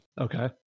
okay